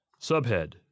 Subhead